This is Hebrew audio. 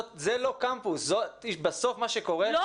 זה לא קמפוס, מה שאת